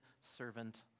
servant